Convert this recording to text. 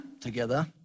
together